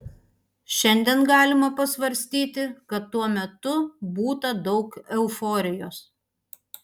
šiandien galima pasvarstyti kad tuo metu būta daug euforijos